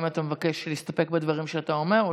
אם אתה מבקש להסתפק בדברים שאתה אומר או